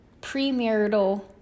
premarital